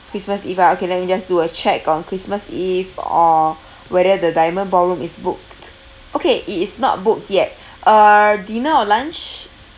christmas eve ah okay let me just do a check on christmas eve uh whether the diamond ballroom is booked okay it is not booked yet uh dinner or lunch